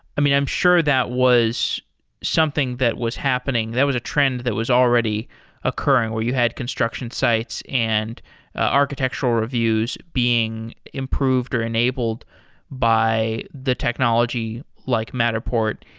i mean, i'm sure that was something that was happening. there was a trend that was already occurring where you had construction sites and architectural reviews being improved or enabled by the technology like matterport.